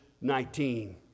Nineteen